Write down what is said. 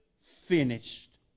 finished